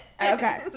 Okay